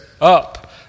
up